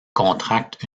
contracte